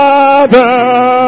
Father